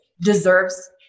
deserves